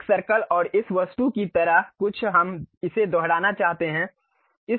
एक सर्कल और इस वस्तु की तरह कुछ हम इसे दोहराना चाहते हैं